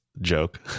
joke